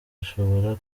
gishobora